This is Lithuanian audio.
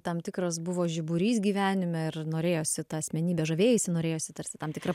tam tikras buvo žiburys gyvenime ir norėjosi ta asmenybe žavėjaisi norėjosi tarsi tam tikra